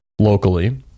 locally